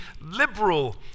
liberal